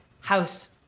house